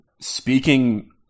speaking